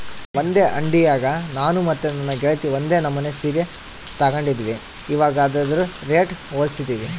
ಒಂದೇ ಅಂಡಿಯಾಗ ನಾನು ಮತ್ತೆ ನನ್ನ ಗೆಳತಿ ಒಂದೇ ನಮನೆ ಸೀರೆ ತಗಂಡಿದ್ವಿ, ಇವಗ ಅದ್ರುದು ರೇಟು ಹೋಲಿಸ್ತಿದ್ವಿ